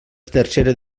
tercera